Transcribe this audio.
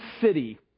city